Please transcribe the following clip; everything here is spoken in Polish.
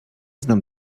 znam